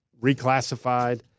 reclassified